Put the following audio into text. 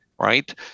right